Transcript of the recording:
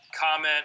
Comment